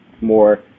more